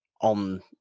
on